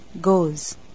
goes